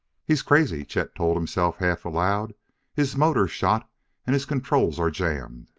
he's crazy, chet told himself half aloud his motor's shot and his controls are jammed!